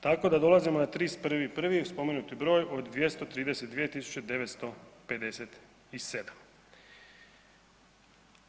Tako da dolazimo na 31.1., spomenuti broj od 239 957.